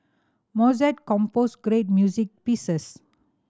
Mozart composed great music pieces